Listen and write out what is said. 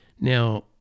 Now